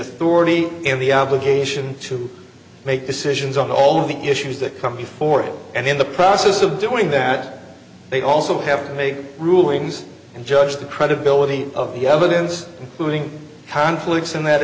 authority and the obligation to make decisions on all of the issues that come before it and in the process of doing that they also have to make rulings and judge the credibility of the evidence doing conflicts and that